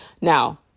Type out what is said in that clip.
now